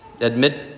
admit